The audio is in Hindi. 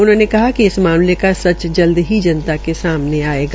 उन्होंने कहा कि इस मामले का सच जल्द ही जनता के सामने आयेगा